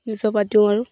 নিজৰ পৰা দিও আৰু